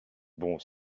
bon